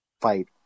fight